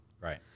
Right